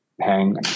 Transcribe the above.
hang